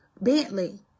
Bentley